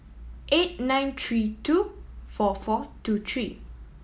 eight nine three two four four two three